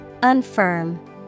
Unfirm